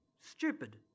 stupid